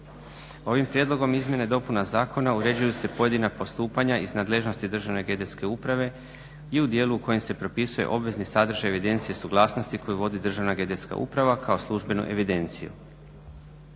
Ovim prijedlogom izmjena i dopuna zakona uređuju se pojedina postupanja iz nadležnosti Državne geodetske uprave i u dijelu u kojem se propisuje obvezni sadržaj evidencije suglasnosti koju vodi Državna geodetska uprava kao službenu evidenciju.